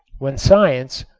when science,